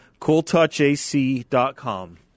Cooltouchac.com